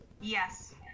Yes